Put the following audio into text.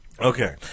Okay